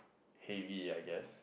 heavy I guess